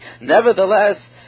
nevertheless